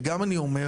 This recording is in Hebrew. וגם אני אומר